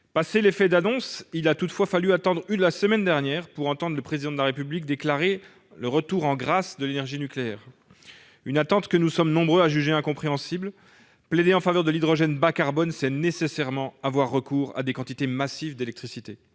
Passé l'effet d'annonce, il a toutefois fallu attendre la semaine dernière pour entendre le Président de la République déclarer le retour en grâce de l'énergie nucléaire. Nous étions nombreux à juger cette attente incompréhensible : plaider en faveur de l'hydrogène bas-carbone, c'est nécessairement avoir recours à des quantités massives d'électricité.